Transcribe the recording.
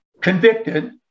convicted